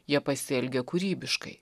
jie pasielgė kūrybiškai